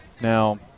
Now